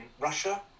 Russia